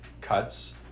cuts